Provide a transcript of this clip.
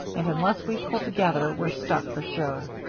and unless we pull together, we're stuck for sure.